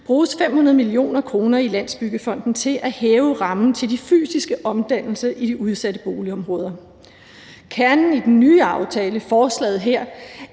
bruges 500 mio. kr. i Landsbyggefonden til at hæve rammen for de fysiske omdannelser i de udsatte boligområder. Kernen i den nye aftale, forslaget her,